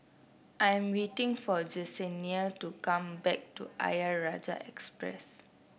I am waiting for Jesenia to come back to Ayer Rajah Expressway